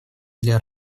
для